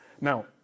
Now